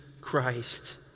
Christ